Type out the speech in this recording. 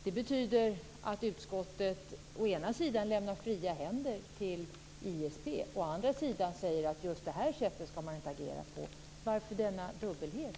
Det betyder att utskottet å ena sidan lämnar fria händer till ISP och å den andra säger att man inte skall agera på ett visst sätt. Varför denna dubbelhet?